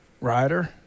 Ryder